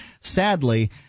sadly